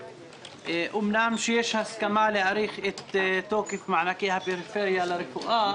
אמנם שיש הסכמה להאריך את תוקף מענקי הפריפריה לרפואה,